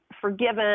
forgiven